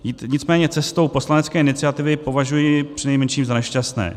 Jít nicméně cestou poslanecké iniciativy považuji přinejmenším za nešťastné.